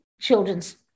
children's